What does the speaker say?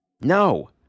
No